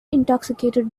intoxicated